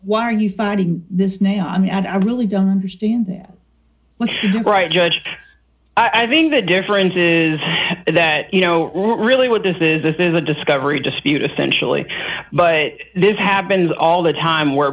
why are you fighting this now and i really don't understand what's right judge i think the difference is that you know really what this is this is a discovery dispute a sensually but this happens all the time where